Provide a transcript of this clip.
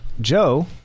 Joe